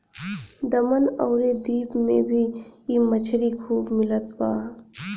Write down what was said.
दमन अउरी दीव में भी इ मछरी खूब मिलत बा